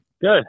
Good